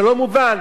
שלא מובן,